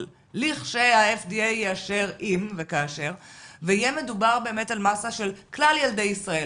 אבל אם וכאשר ה-FDA יאשר ויהיה מדובר על מסה של כלל ילדי ישראל,